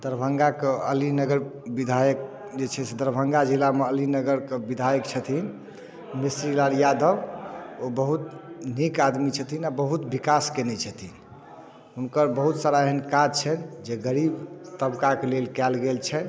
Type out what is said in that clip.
दरभंगाके अलीनगर विधायक जे छै से दरभंगा जिलामे अलीनगरके विधायक छथिन मिश्रीलाल यादव ओ बहुत नीक आदमी छथिन आ बहुत विकास कयने छथिन हुनकर बहुत सारा एहन काज छनि जे गरीब तबकाके लेल कयल गेल छनि